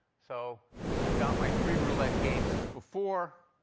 so i've got my three roulette games as before.